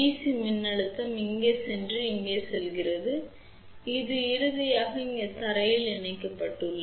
C மின்னழுத்தம் இங்கே சென்று இங்கே செல்கிறது இது இறுதியாக இங்கே தரையில் இணைக்கப்பட்டுள்ளது